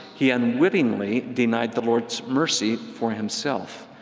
he unwittingly denied the lord's mercy for himself,